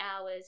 hours